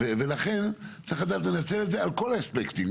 ולכן צריך לדעת לנצל את זה על כל האספקטים,